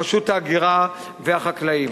רשות ההגירה והחקלאים.